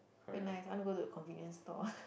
very nice I want to go the convenience store ah